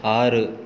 ஆறு